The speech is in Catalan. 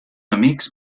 amics